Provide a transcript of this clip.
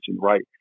right